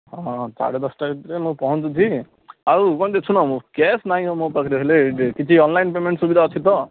ହଁ ସାଢ଼େ ଦଶଟା ଭିତରେ ମୁଁ ପହଞ୍ଚୁଛି ଆଉ କ'ଣ ଯେ ଶୁଣ କ୍ୟାସ୍ ନାହିଁ ହୋ ମୋ ପାଖରେ ହେଲେ କିଛି ଅନଲାଇନ୍ ପେମେଣ୍ଟ ସୁବିଧା ଅଛି ତ